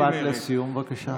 משפט לסיום, בבקשה.